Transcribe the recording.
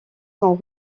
sont